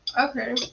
Okay